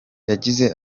yagize